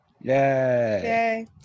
yay